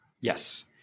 yes